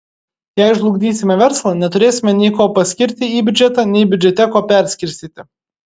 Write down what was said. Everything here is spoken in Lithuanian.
jei žlugdysime verslą neturėsime nei ko paskirti į biudžetą nei biudžete ko perskirstyti